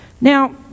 Now